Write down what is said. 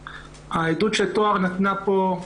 העדות שטוהר נתנה פה היא